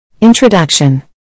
Introduction